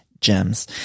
gems